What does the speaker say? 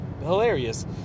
hilarious